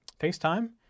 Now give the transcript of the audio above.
FaceTime